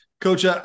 coach